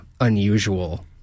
unusual